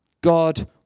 God